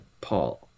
Paul –